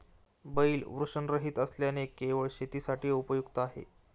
बैल वृषणरहित असल्याने केवळ शेतीसाठी उपयुक्त आहे